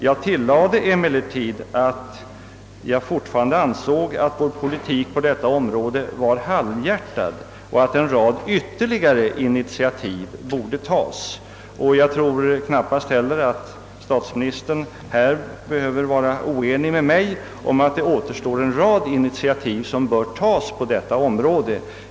Jag tillade emellertid, att jag fortfarande ansåg att Sveriges politik på detta område var halvhjärtad och att ytterligare en rad initiativ borde tas. Jag tror knappast heller att statsministern här behöver vara oenig med mig om att det återstår en rad initiativ som bör tas på detta område.